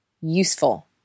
useful